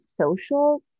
social